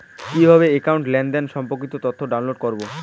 কিভাবে একাউন্টের লেনদেন সম্পর্কিত তথ্য ডাউনলোড করবো?